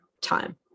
time